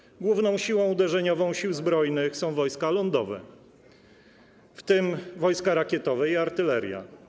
Po drugie, główną siłą uderzeniową Sił Zbrojnych są Wojska Lądowe, w tym Wojska Rakietowe i Artylerii.